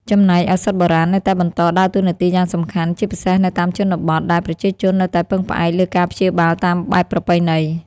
ចំណែកឱសថបុរាណនៅតែបន្តដើរតួនាទីយ៉ាងសំខាន់ ជាពិសេសនៅតាមជនបទ ដែលប្រជាជននៅតែពឹងផ្អែកលើការព្យាបាលតាមបែបប្រពៃណី។